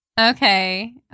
Okay